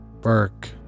Burke